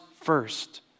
first